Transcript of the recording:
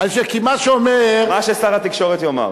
מה ששר התקשורת יאמר.